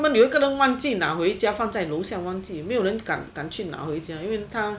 他们有一个人忘记拿回家放在楼下忘记没有人敢去拿回家